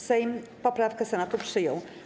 Sejm poprawkę Senatu przyjął.